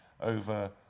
over